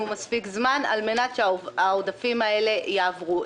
מספיק זמן על מנת שהעודפים האלה יעברו.